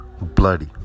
bloody